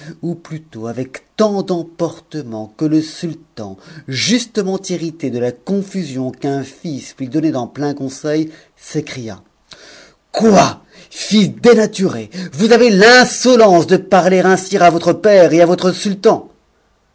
ou plutôt nt l'emportement que le sultan justement irrité de la confusion m'u fils lui donnait en plein conseil s'écria quoi si dénaturé vous fït'insolence de parler ainsi à votre père et à votre sultan